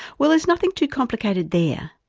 well there's nothing too complicated there.